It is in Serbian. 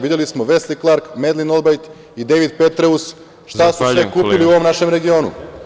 Videli smo Vesli Klar, Medlin Olbrajt i Dejvid Petreus šta su sve kupili u ovom našem regionu.